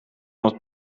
het